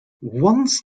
once